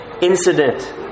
incident